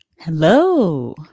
Hello